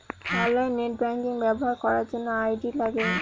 online net banking ব্যবহার করার জন্য আই.ডি লাগে